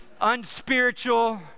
unspiritual